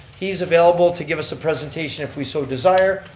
he's available to give us a presentation if we so desire.